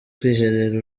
kwiherera